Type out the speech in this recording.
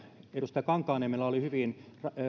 edustaja kankaanniemellä oli hyvin